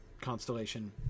constellation